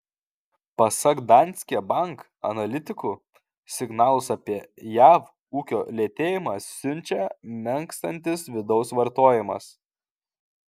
pasak danske bank analitikų signalus apie jav ūkio lėtėjimą siunčia menkstantis vidaus vartojimas